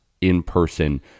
in-person